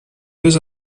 deux